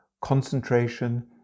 concentration